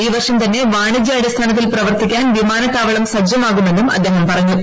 ഈ വർഷം തന്നെ വാണിജ്യാടിസ്ഥാനത്തിൽ പ്രവർത്തിക്കാൻ വിമാനത്താവളം സജ്ജമാകുമെന്നും അദ്ദേഹം പറഞ്ഞു